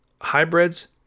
hybrids